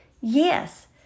Yes